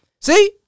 See